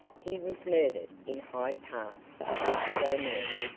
he was murdered in hyde park yesterday morning,